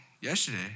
yesterday